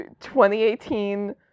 2018